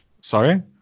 Sorry